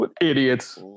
Idiots